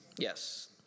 Yes